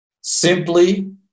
simply